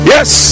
Yes